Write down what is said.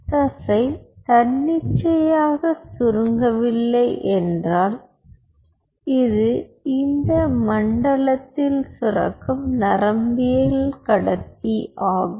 தசை தன்னிச்சையாக சுருங்கவில்லை என்றால் இது இந்த மண்டலத்தில் சுரக்கும் நரம்பியக்கடத்தி ஆகும்